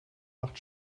macht